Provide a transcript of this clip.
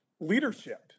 leadership